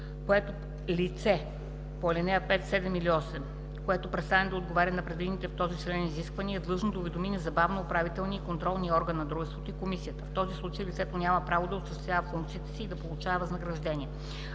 по ал. 2, няма право да осъществява функциите си и да получава възнаграждение